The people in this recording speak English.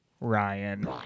Ryan